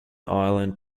island